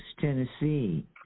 Tennessee